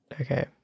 Okay